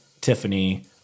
Tiffany